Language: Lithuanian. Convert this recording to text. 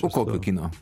o kokio kino